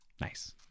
Nice